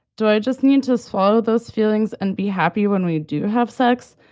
do i just need to swallow those feelings and be happy when we do have sex?